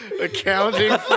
Accounting